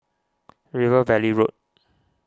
River Valley Road